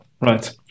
Right